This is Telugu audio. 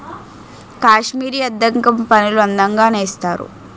కాశ్మీరీ అద్దకం పనులు అందంగా నేస్తారు